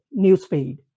newsfeed